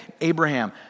abraham